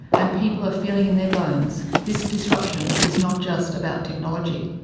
and people are feeling in their bones, this disruption is not just about technology.